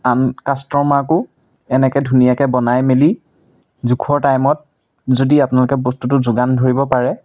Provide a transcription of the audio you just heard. আন কাষ্টমাৰকো এনেকৈ ধুনীয়াকৈ বনাই মেলি জোখৰ টাইমত যদি আপোনালোকে বস্তুটো যোগান ধৰিব পাৰে